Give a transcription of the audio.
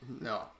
no